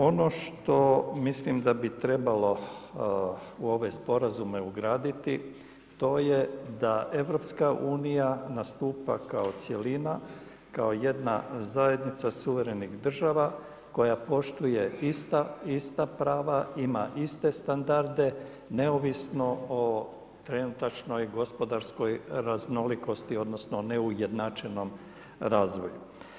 Ono što mislim da bi trebalo u ove sporazume ugraditi, to je da EU, nastupa kao cjelina, kao jedna zajednica suvremenih država, koja poštuje ista prava, ima iste standarde, neovisno o trenutačnoj gospodarskoj raznolikosti, odnosno, neujednačenom razvoju.